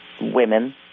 women